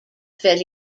fell